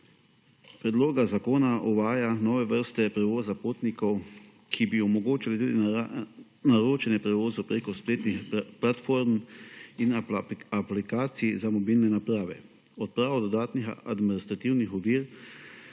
je izpostavil nove vrste prevoza potnikov, ki bi omogočale tudi naročanje prevozov preko spletnih platform in aplikacij za mobilne naprave, odpravo dodatnih administrativnih ovir